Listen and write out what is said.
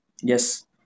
Yes